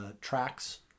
tracks